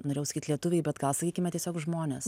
norqjau sakyt lietuviai bet gal sakykime tiesiog žmonės